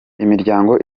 imiryango